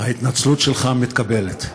ההתנצלות שלך מתקבלת.